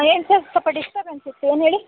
ಏನು ಸರ್ ಸ್ವಲ್ಪ ಡಿಸ್ಟಬೆನ್ಸ್ ಇತ್ತು ಏನು ಹೇಳಿ